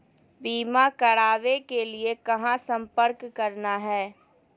बीमा करावे के लिए कहा संपर्क करना है?